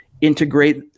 integrate